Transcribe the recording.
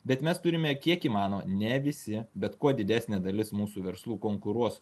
bet mes turime kiek įmanoma ne visi bet kuo didesnė dalis mūsų verslų konkuruos